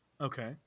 Okay